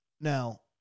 now